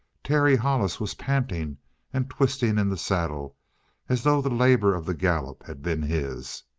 terry hollis was panting and twisting in the saddle as though the labor of the gallop had been his.